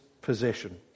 possession